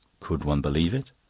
could one believe it?